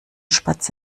spatz